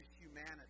humanity